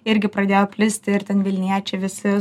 irgi pradėjo plisti ir ten vilniečiai visi